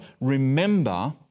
remember